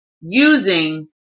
using